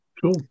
Cool